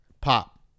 Pop